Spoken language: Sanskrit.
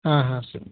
हा हास्तु